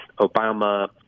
Obama